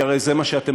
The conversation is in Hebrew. כי הרי זה מה שתעשו,